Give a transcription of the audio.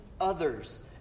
others